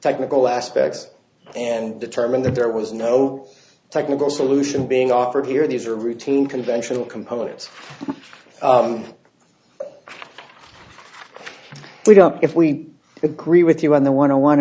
technical aspects and determined that there was no technical solution being offered here these are routine conventional components we don't if we agree with you on the one to one